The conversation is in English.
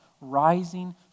rising